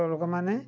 ଲୋକମାନେ